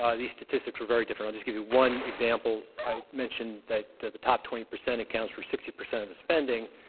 these statistics were very different. i'll just give you one example. i mentioned that the the top twenty percent accounts for sixty percent of the spending.